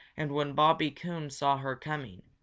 and when bobby coon saw her coming,